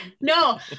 No